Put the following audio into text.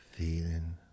Feeling